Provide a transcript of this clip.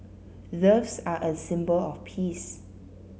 doves are a symbol of peace